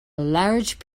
large